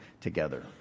together